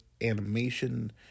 animation